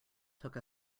took